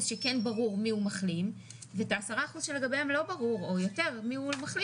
שכן ברור מי הוא מחלים ואת ה-10 אחוזים לגביהם לא ברור מי הוא מחלים